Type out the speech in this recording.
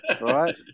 Right